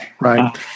Right